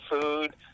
Food